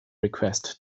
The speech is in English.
request